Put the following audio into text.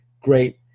great